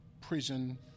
prison